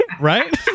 Right